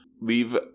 leave